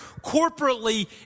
corporately